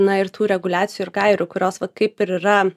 na ir tų reguliacijų ir gairių kurios va kaip ir yra